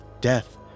Death